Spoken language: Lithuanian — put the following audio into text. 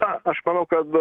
na aš manau kad